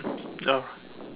ya